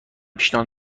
پیشنهاد